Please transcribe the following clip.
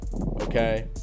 Okay